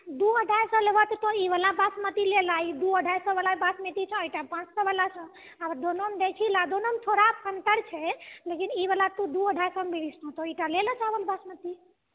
दू ढाई सए लेबऽ तऽ ई वाला बासमती ले लऽ ई दू सए ढ़ाई सए वाला बासमती छौ एकटा पाँच सए वाला छौ आ दोनों मे थोड़ा अन्तर छै लेकिन ई वाला तु दू ढ़ाई सए मिल जेतो ई तऽ लेलऽ चावल बासमती